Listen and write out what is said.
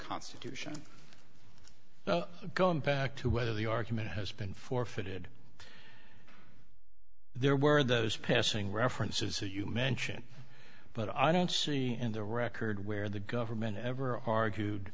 constitution now going back to whether the argument has been forfeited there where those passing references that you mention but i don't see in the record where the government ever argued